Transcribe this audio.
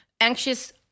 anxious